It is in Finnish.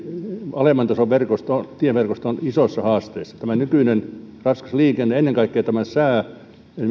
alemman tason tieverkosto isossa haasteessa nykyisen raskaan liikenteen ja ennen kaikkea sään vuoksi esimerkiksi